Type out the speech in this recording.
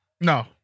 No